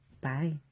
Bye